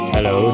Hello